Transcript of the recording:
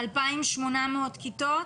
2,800 כיתות?